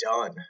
done